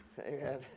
Amen